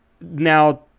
Now